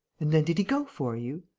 and then did he go for you?